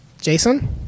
Jason